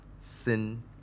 Sin